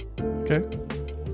Okay